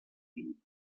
vell